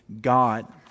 God